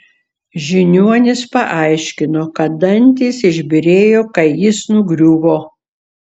žiniuonis paaiškino kad dantys išbyrėjo kai jis nugriuvo